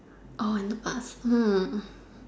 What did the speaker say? or in the past